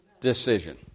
decision